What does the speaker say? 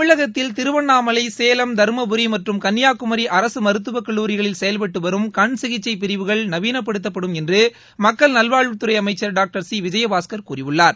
தமிழகத்தில் திருவண்ணாமலை சேலம் தர்மபுரி மற்றும் கன்னியாகுமரி அரசு மருத்துவக்கல்லூரிகளில் செயல்பட்டு வரும் கண் சிகிச்சை பிரிவுகள் நவீனப்படுத்தப்படும் என்று மக்கள் நல்வாழ்வுத்துறை அமைச்சர் டாக்டர் விஜயபாஸ்கர் கூறியுள்ளார்